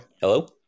Hello